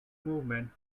movement